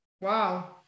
wow